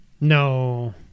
no